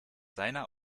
seiner